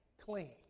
clean